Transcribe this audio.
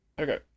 Okay